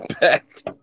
back